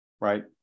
right